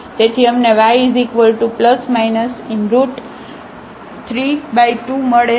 તેથી અમને y±32 મળે છે